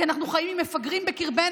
כי אנחנו חיים עם מפגרים בקרבנו,